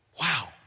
Wow